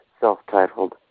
self-titled